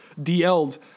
DL'd